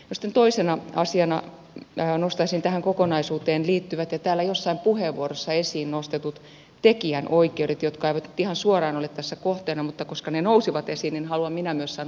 sitten toisena asiana nostaisin tähän kokonaisuuteen liittyvät ja täällä jossain puheenvuorossa esiin nostetut tekijänoikeudet jotka eivät nyt ihan suoraan ole tässä kohteena mutta koska ne nousivat esiin niin myös minä haluan sanoa niistä jotain